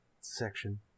section